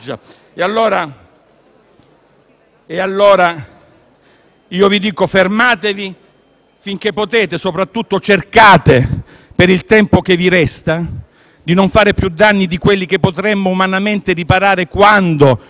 Vi invito a fermarvi finché potete e soprattutto a cercare, per il tempo che vi resta, di non fare più danni di quelli che potremo umanamente riparare quando - e quel tempo è molto vicino